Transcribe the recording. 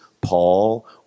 Paul